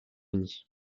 uni